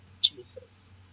Jesus